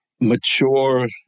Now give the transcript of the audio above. mature